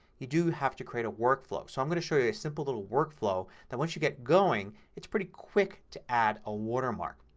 you do have to create a workflow. so i'm going to show you a simple little workflow that once you get going it's pretty quick to add a watermark.